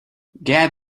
get